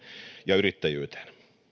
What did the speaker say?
ja yrittäjyyteen